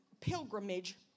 pilgrimage